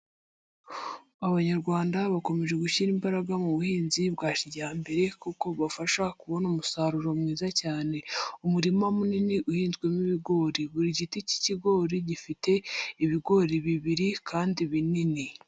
Abanyarwanda bakomeje gushyira imbaraga mu buhinzi bwa cyijyambere ,kuko bubafasha kubona umusaruro mwiza cyane, umurima munini uhinzwemo ibigori ,buri giti cy'ikigori gifite ibigori bibiri kandi binini.